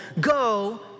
go